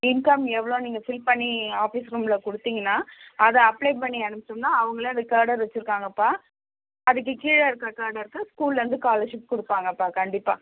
income எவ்வளோன்னு நீங்கள் fill பண்ணி ஆஃபீஸ் ரூம்மில் கொடுத்திங்கன்னா அதை அப்ளை பண்ணி அனுப்பிச்சோம்னா அவங்களே அந்த கேடர் வச்சிருக்காங்கப்பா அதுக்கு கீழே இருக்க கேடர்க்கு ஸ்கூல்லருந்து ஸ்காலர்ஷிப் கொடுப்பாங்கப்பா கண்டிப்பாக